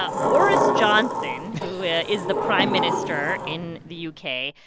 ah boris johnson, who yeah is the prime minister in the u k,